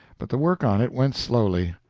but the work on it went slowly.